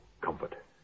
comfort